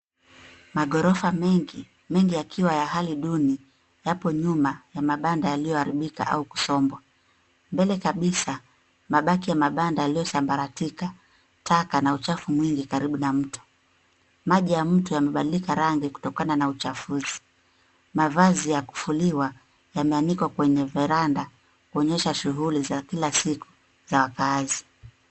Maghorofa mengi, mengi yakiwa ya hali duni yapo nyuma ya mabanda yaliyoharibika au kusombwa. Mbele kabisa, mabaki ya mabanda yaliyosambaratika taka na uchafu mwingi karibu na mto. Maji ya mto yamebadilika rangi kutokana na uchafuzi. Mavazi ya kufuliwa yameanikwa kwenye veranda kuonyesha shughuli za kila siku za wakaazi.